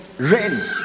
rent